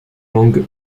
langue